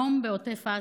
יום בעוטף עזה: